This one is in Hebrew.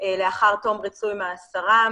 לאחר תום ריצוי מאסרם,